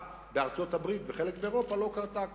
בארצות-הברית ובחלק מאירופה לא קרתה כאן.